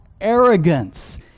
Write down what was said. arrogance